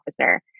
officer